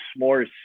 s'mores